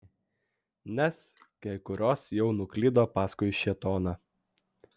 nes kai kurios jau nuklydo paskui šėtoną